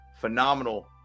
phenomenal